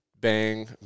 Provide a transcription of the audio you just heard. bang